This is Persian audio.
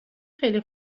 خیلی